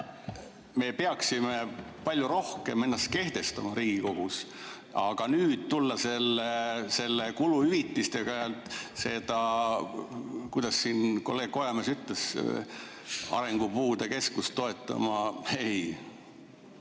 Me peaksime palju rohkem ennast kehtestama Riigikogus. Aga nüüd tulla kuluhüvitistega seda, kuidas kolleeg Kojamees ütles, arengupuude keskust toetama – ei!